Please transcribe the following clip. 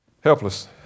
helpless